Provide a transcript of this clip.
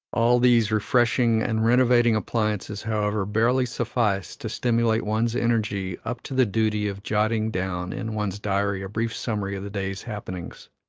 all these refreshing and renovating appliances, however, barely suffice to stimulate one's energy up to the duty of jotting down in one's diary a brief summary of the day's happenings.